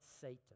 Satan